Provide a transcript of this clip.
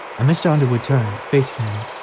and mr. underwood turned, facing him,